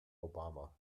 obama